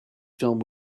film